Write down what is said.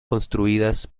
construidas